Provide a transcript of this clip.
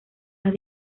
las